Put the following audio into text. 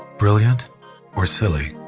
brilliant or silly,